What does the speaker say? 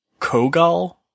Kogal